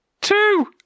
Two